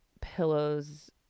pillows